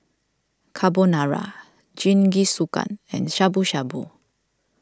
Carbonara Jingisukan and Shabu Shabu